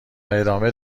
ادامه